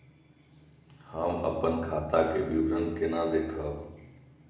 हम अपन खाता के विवरण केना देखब?